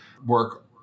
work